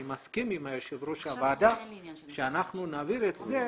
אני מסכים עם יושב-ראש הוועדה שאנחנו נעביר את זה